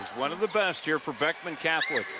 one of the best here for beckman catholic.